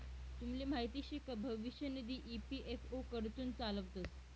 तुमले माहीत शे का भविष्य निधी ई.पी.एफ.ओ कडथून चालावतंस